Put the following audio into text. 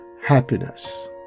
happiness